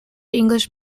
english